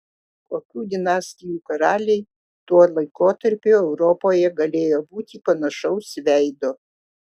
kokių dinastijų karaliai tuo laikotarpiu europoje galėjo būti panašaus veido